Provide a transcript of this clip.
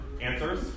answers